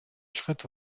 schritt